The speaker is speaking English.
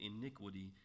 iniquity